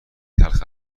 تلخ